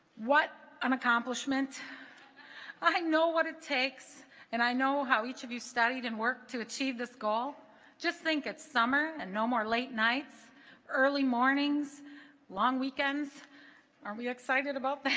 what an accomplishment i know what it takes and i know how each of you studied and work to achieve this goal just think it's summer and no more late nights early mornings long weekends are we excited about that